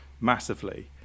massively